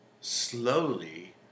slowly